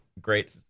great